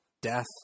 death